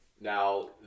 Now